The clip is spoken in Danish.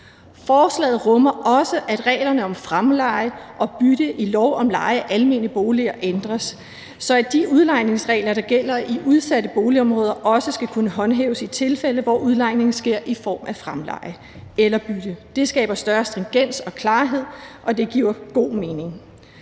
Forslaget rummer også, at reglerne om fremleje og bytte i lov om leje af almene boliger ændres, så de udlejningsregler, der gælder i udsatte boligområder, også skal kunne håndhæves i tilfælde, hvor udlejningen sker i form af fremleje eller bytte. Det skaber større stringens og klarhed, og det giver god mening.